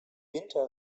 winter